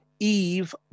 Eve